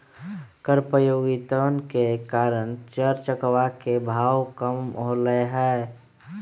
कर प्रतियोगितवन के कारण चर चकवा के भाव कम होलय है